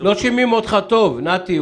שומעים אותך טוב, נתי.